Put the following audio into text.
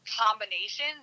combination